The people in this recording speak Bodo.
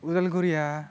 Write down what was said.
अदालगुरिया